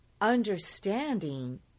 understanding